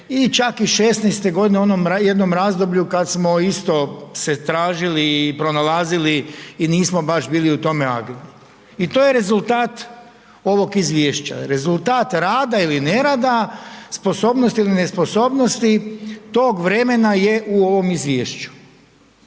i čak i '16. godine u onom jednom razdoblju kad smo se isto tražili i pronalazili i nismo baš bili u tome agilni. I to je rezultat ovog izvješća. Rezultat rada ili nerada, sposobnosti ili nesposobnosti tog vremena je u ovom izvješću.